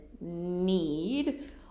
need